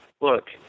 look